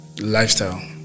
lifestyle